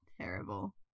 Terrible